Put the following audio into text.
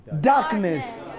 darkness